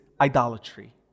idolatry